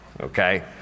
okay